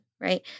Right